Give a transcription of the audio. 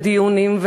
ודיונים,